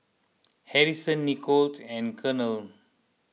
Harrison Nicolette and Colonel